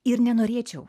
ir nenorėčiau